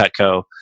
Cutco